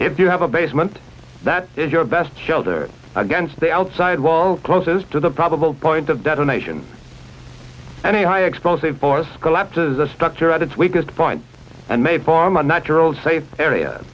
if you have a basement that is your best shelter against the outside wall closest to the probable point of detonation and a high explosive force collapses a structure at its weakest point and may bomb a natural safe area